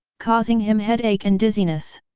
causing him headache and dizziness.